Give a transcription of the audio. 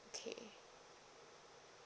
okay